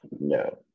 No